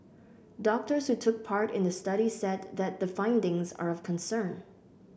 doctors who took part in the study said that the findings are of concern